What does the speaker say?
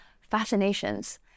fascinations